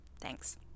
Thanks